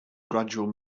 gradual